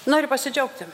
noriu pasidžiaugti